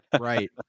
right